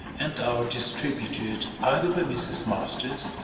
and are distributed either by mrs. masters,